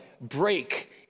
break